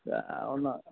तऽ ओना